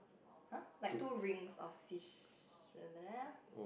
!huh! like two rings of sea